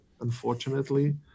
unfortunately